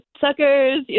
suckers